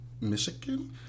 Michigan